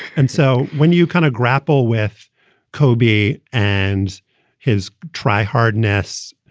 and so when you kind of grapple with kobe and his try hard nesse,